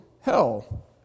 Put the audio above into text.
hell